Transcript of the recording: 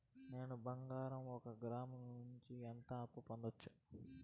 నేను బంగారం ఒక గ్రాము నుంచి ఎంత అప్పు పొందొచ్చు